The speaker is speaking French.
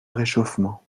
réchauffement